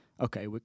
okay